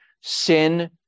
sin